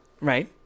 right